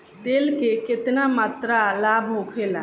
तेल के केतना मात्रा लाभ होखेला?